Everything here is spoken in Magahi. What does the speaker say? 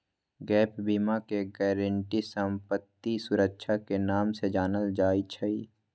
गैप बीमा के गारन्टी संपत्ति सुरक्षा के नाम से जानल जाई छई